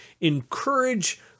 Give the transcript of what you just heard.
encourage